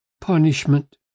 punishment